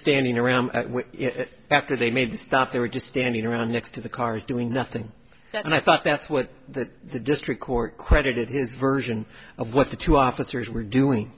standing around after they made a stop they were just standing around next to the cars doing nothing and i thought that's what the district court credited his version of what the two officers were doing